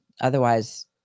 otherwise